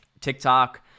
TikTok